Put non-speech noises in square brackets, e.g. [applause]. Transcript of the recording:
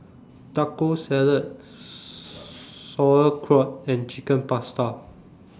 Taco Salad [unintelligible] Sauerkraut and Chicken Pasta